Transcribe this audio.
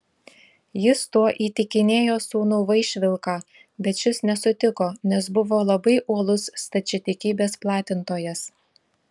jis tuo įtikinėjo sūnų vaišvilką bet šis nesutiko nes buvo labai uolus stačiatikybės platintojas